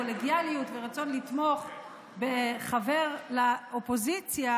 קולגיאליות ורצון לתמוך בחבר לאופוזיציה,